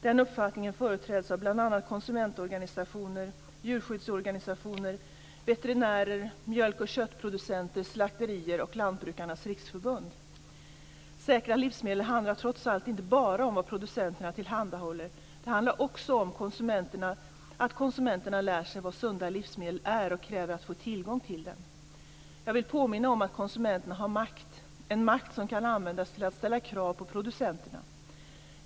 Den uppfattningen företräds av bl.a. konsumentorganisationer, djurskyddsorganisationer, veterinärer, mjölk och köttproducenter, slakterier och Lantbrukarnas Riksförbund. Säkra livsmedel handlar trots allt inte bara om vad producenterna tillhandahåller. Det handlar också om att konsumenterna lär sig vad sunda livsmedel är och kräver att få tillgång till dem. Jag vill påminna om att konsumenten har makt; en makt som kan användas till att ställa krav på producenterna.